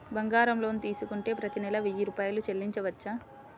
బంగారం లోన్ తీసుకుంటే ప్రతి నెల వెయ్యి రూపాయలు చెల్లించవచ్చా?